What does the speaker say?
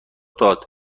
داد